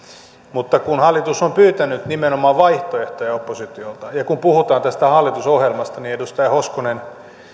hallitus on pyytänyt nimenomaan vaihtoehtoja oppositiolta ja kun puhutaan tästä hallitusohjelmasta niin edustaja hoskonen